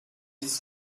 its